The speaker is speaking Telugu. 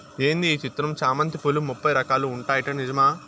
ఏంది ఈ చిత్రం చామంతి పూలు ముప్పై రకాలు ఉంటాయట నిజమా